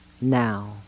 now